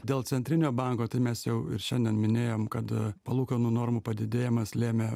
dėl centrinio banko tai mes jau ir šiandien minėjom kada palūkanų normų padidėjimas lėmė